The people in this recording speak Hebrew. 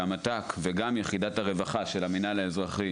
כשהמת"ק וגם יחידת הרווחה של המינהל האזרחי